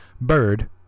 Bird